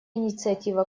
инициатива